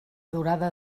durada